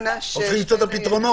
אנחנו צריכים למצוא את הפתרונות.